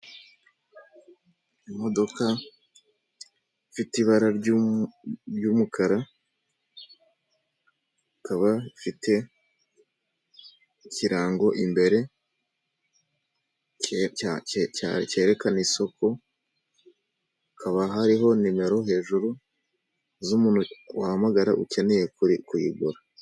Imodoka ifite ibara ry'umukara ikaba ifite ikirango imbere Kerekana isUku, hakaba hariho nimero hejuru z'umuntu wahamagara ukeneye kuyigura.